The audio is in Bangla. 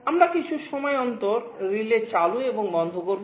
আমরা কিছু সময় অন্তর রিলে চালু এবং বন্ধ করব